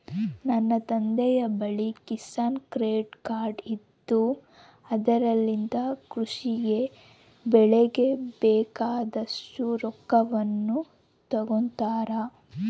ನನ್ನ ತಂದೆಯ ಬಳಿ ಕಿಸಾನ್ ಕ್ರೆಡ್ ಕಾರ್ಡ್ ಇದ್ದು ಅದರಲಿಂದ ಕೃಷಿ ಗೆ ಬೆಳೆಗೆ ಬೇಕಾದಷ್ಟು ರೊಕ್ಕವನ್ನು ತಗೊಂತಾರ